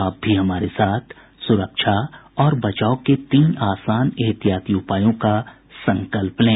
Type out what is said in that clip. आप भी हमारे साथ सुरक्षा और बचाव के तीन आसान एहतियाती उपायों का संकल्प लें